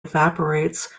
evaporates